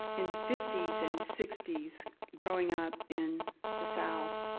in the fifties and sixties, growing up in the south,